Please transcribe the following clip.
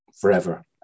forever